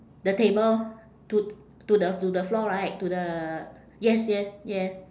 the table to to the to the floor right to the yes yes yes